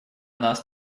нас